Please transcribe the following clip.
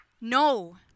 No